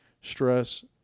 stress